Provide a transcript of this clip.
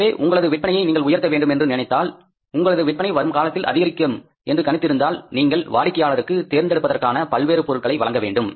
எனவே உங்களது விற்பனையை நீங்கள் உயர்த்த வேண்டும் என்று நினைத்தாள் உங்களது விற்பனை வரும்காலத்தில் அதிகரிக்கும் என்று கணித்து இருந்தாள் நீங்கள் வாடிக்கையாளர்களுக்கு தேர்ந்தெடுப்பதற்கான பல்வேறு பொருட்களை வழங்க வேண்டும்